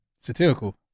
Satirical